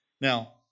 Now